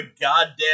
goddamn